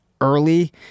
early